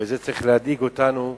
וזה צריך להדאיג אותנו,